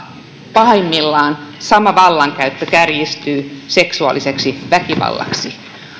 pahimmillaan sama vallankäyttö kärjistyy seksuaaliseksi väkivallaksi